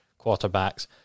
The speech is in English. quarterbacks